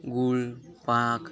गुळ पाक